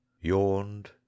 yawned